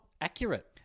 accurate